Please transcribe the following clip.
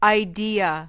idea